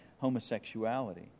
homosexuality